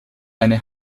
eine